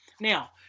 Now